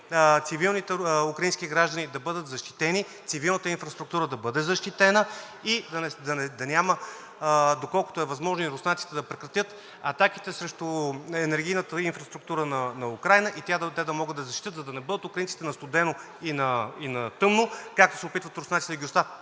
цивилните украински граждани да бъдат защитени, цивилната инфраструктура да бъде защитена и доколкото е възможно руснаците да прекратят атаките срещу енергийната инфраструктура на Украйна и те да могат да се защитят, за да не бъдат украинците на студено и на тъмно, както се опитват руснаците да ги оставят